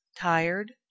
Tired